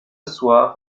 soir